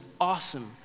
awesome